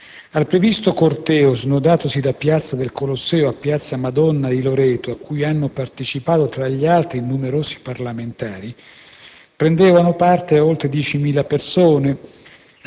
Al previsto corteo, snodatosi da piazza del Colosseo a piazza Madonna di Loreto, a cui hanno partecipato, tra gli altri, numerosi parlamentari, prendevano parte oltre 10.000 persone,